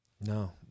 No